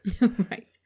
Right